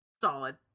solid